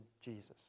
Jesus